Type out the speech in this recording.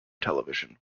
television